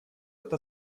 эта